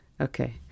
Okay